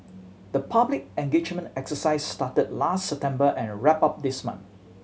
the public engagement exercises started last September and wrapped up this month